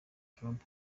trump